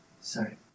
Sorry